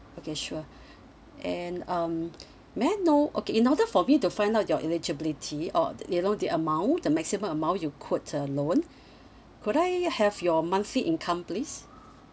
okay sure and um may I know okay in order for me to find out your eligibility or the loan the amount the maximum amount you could uh loan could I have your monthly income please